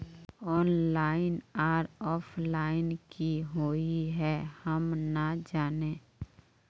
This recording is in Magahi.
ऑनलाइन आर ऑफलाइन की हुई है हम ना जाने?